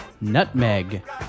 Nutmeg